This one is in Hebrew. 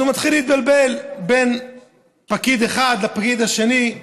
אז הוא מתחיל להתבלבל בין פקיד אחד לפקיד השני.